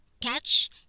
Catch